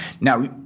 Now